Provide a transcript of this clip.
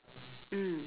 mm